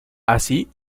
así